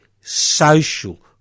social